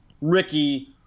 ricky